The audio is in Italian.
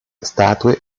statue